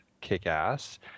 Kick-Ass